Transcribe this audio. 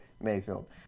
Mayfield